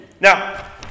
Now